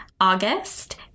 August